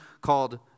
called